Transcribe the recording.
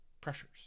pressures